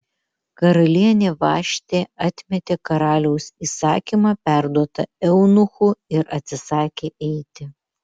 karalienė vaštė atmetė karaliaus įsakymą perduotą eunuchų ir atsisakė eiti